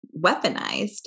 weaponized